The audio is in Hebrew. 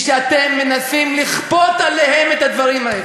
שאתם מנסים לכפות עליהם את הדברים האלה.